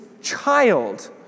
child